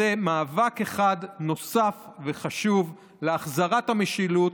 זה מאבק אחד נוסף וחשוב להחזרת המשילות